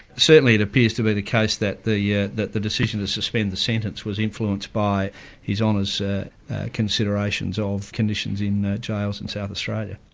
certainly it appears to be the case that the yeah that the decision to suspend the sentence was influenced by his um honour's considerations of conditions in jails in south australia.